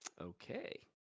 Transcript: Okay